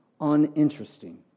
uninteresting